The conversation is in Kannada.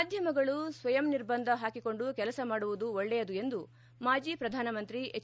ಮಾಧ್ಯಮಗಳು ಸ್ವಯಂ ನಿರ್ಬಂಧ ಹಾಕಿಕೊಂಡು ಕೆಲಸ ಮಾಡುವುದು ಒಳ್ಳೆಯದು ಎಂದು ಮಾಜಿ ಪ್ರಧಾನಮಂತ್ರಿ ಎಚ್